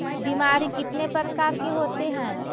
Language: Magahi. बीमारी कितने प्रकार के होते हैं?